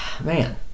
Man